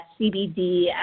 CBD